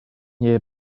year